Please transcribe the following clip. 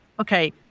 Okay